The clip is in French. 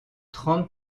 trente